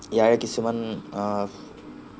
ইয়াৰে কিছুমান